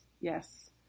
yes